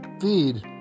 feed